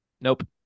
Nope